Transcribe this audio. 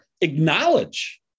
acknowledge